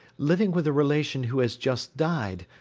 living with a relation who has just died,